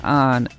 on